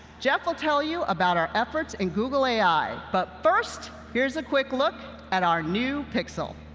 jeff will tell you about our efforts in google ai. but first, here's a quick look at our new pixel.